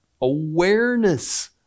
awareness